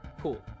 cool